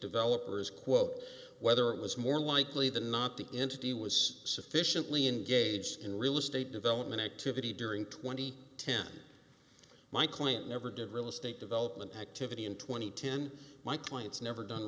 developer is quote whether it was more likely than not the entity was sufficiently engaged in real estate development activity during twenty ten my client never did real estate development activity in two thousand and ten my clients never done